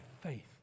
faith